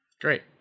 Great